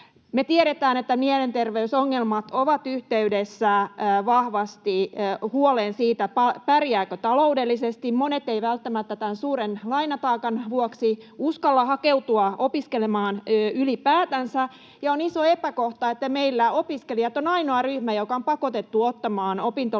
Me tiedetään, että mielenterveysongelmat ovat vahvasti yhteydessä huoleen siitä, pärjääkö taloudellisesti. Monet eivät välttämättä tämän suuren lainataakan vuoksi uskalla ylipäätänsä hakeutua opiskelemaan. Ja on iso epäkohta, että meillä opiskelijat ovat ainoa ryhmä, joka on pakotettu ottamaan opintolainaa